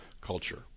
culture